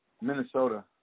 Minnesota